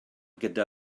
gyda